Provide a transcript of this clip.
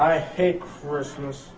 i hate christmas